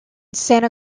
santa